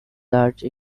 large